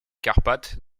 carpates